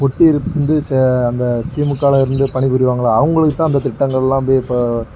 ஒட்டியிருந்து சே அந்த திமுகலிருந்து பணிபுரிவாங்கள்லே அவங்களுக்குத்தான் அந்த திட்டங்களெல்லாம் அப்படியே இப்போ